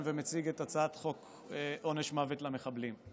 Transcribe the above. ומציג את הצעת חוק עונש מוות למחבלים.